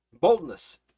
boldness